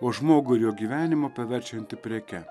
o žmogų ir jo gyvenimą paverčianti preke